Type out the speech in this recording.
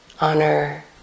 honor